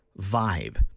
vibe